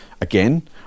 again